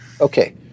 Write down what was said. Okay